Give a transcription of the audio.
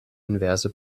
inverse